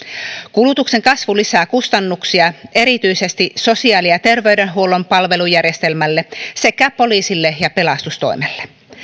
kulutuksen kasvu lisää kustannuksia erityisesti sosiaali ja terveydenhuollon palvelujärjestelmälle sekä poliisille ja pelastustoimelle